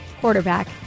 quarterback